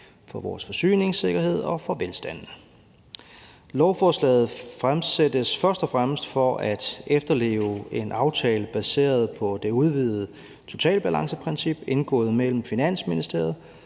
for vores forsyningssikkerhed og for velstanden. Lovforslaget fremsættes først og fremmest for at efterleve en aftale baseret på det udvidede totalbalanceprincip, indgået mellem Finansministeriet